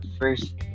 first